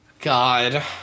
God